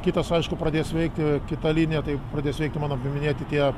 kitas aišku pradės veikti kita linija tai pradės veikti mano paminėti tie